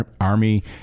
Army